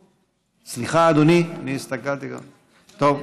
סליחה, אדוני, אני הסתכלתי, טוב,